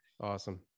Awesome